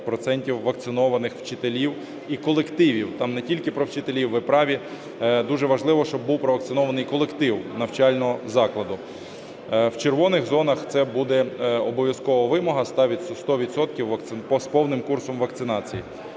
процентів вакцинованих вчителів і колективів. Там не тільки про вчителів, ви праві, дуже важливо, щоб був провакцинований колектив навчального закладу. В червоних зонах це буде обов'язкова вимога – 100 відсотків з повним курсом вакцинації.